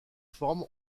forme